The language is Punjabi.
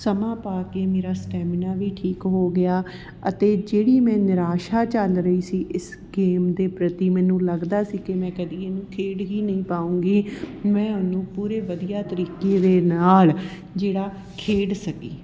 ਸਮਾਂ ਪਾ ਕੇ ਮੇਰਾ ਸਟੈਮੀਨਾ ਵੀ ਠੀਕ ਹੋ ਗਿਆ ਅਤੇ ਜਿਹੜੀ ਮੈਂ ਨਿਰਾਸ਼ਾ ਚੱਲ ਰਹੀ ਸੀ ਇਸ ਗੇਮ ਦੇ ਪ੍ਰਤੀ ਮੈਨੂੰ ਲੱਗਦਾ ਸੀ ਕਿ ਮੈਂ ਕਦੀ ਇਹਨੂੰ ਖੇਡ ਹੀ ਨਹੀਂ ਪਾਊਂਗੀ ਮੈਂ ਉਹਨੂੰ ਪੂਰੇ ਵਧੀਆ ਤਰੀਕੇ ਦੇ ਨਾਲ ਜਿਹੜਾ ਖੇਡ ਸਕੀ